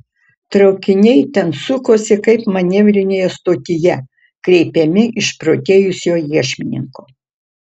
traukiniai ten sukosi kaip manevrinėje stotyje kreipiami išprotėjusio iešmininko